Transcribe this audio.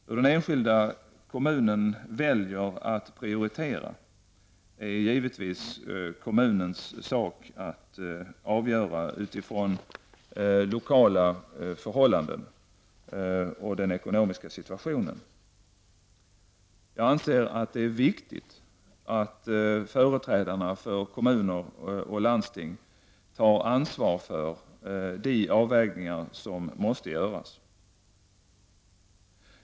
Hur den enskilda kommunen väljer att prioritera är givetvis kommunens sak att avgöra utifrån lokala förhållanden och den ekonomiska situationen. Jag anser att det är viktigt att företrädarna för kommuner och landsting tar ansvar för de avvägningar som måste göras.